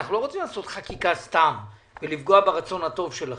אנחנו לא רוצים לעשות חקיקה סתם ולפגוע ברצון הטוב שלכם,